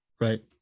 right